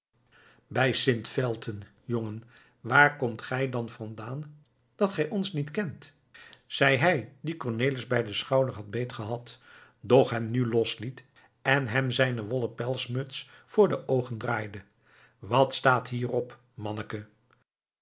bij sint felten jongen waar komt gij dan vandaan dat gij ons niet kent zei hij die cornelis bij den schouder had beet gehad doch hem nu losliet en hem zijne wollen pelsmuts voor de oogen draaide wat staat hier op manneke